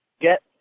get